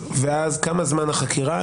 ואז כמה זמן מתנהלת החקירה?